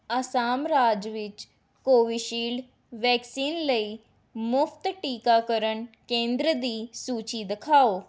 ਅਸਾਮ ਰਾਜ ਵਿੱਚ Covishield vaccine ਲਈ ਮੁਫ਼ਤ ਟੀਕਾਕਰਨ ਕੇਂਦਰ ਦੀ ਸੂਚੀ ਦਿਖਾਓ